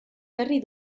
berri